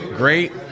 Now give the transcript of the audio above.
great